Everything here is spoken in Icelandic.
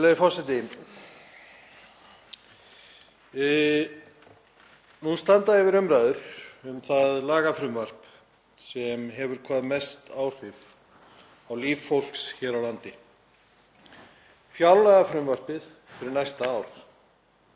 Nú standa yfir umræður um það lagafrumvarp sem hefur hvað mest áhrif á líf fólks hér á landi, fjárlagafrumvarpið fyrir næsta ár.